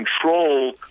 control